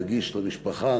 נגיש למשפחה,